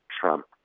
Trump